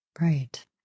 Right